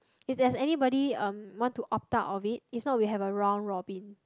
if there's anybody um want to opt out of it if not we have a round robin